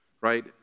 right